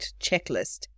checklist